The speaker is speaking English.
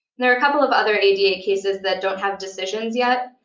there are a couple of other ada cases that don't have decisions yet.